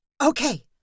Okay